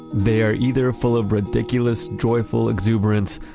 they're either full of ridiculous joyful exuberance,